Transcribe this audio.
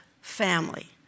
family